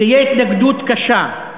תהיה התנגדות קשה,